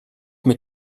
mit